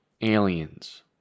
aliens